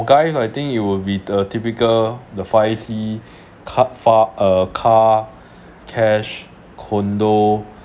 for guy I think you will be the typical the five C car far uh car cash condo